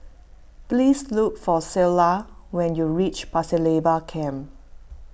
please look for Ceola when you reach Pasir Laba Camp